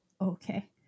Okay